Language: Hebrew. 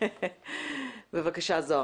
בבקשה, זוהר.